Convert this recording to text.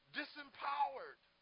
disempowered